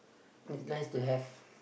it is nice to have